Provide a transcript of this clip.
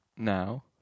Now